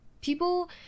People